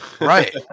right